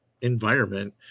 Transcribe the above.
environment